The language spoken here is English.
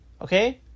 okay